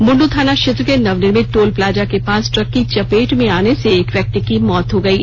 बुंडू थाना क्षेत्र के नवनिर्मित टोल प्लाजा के पास ट्रक की चपेट में आने से एक व्यक्ति की मौत हो गयी